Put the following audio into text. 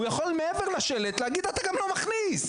הוא יכול מעבר לשלט להגיד: אתה גם לא מכניס.